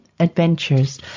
adventures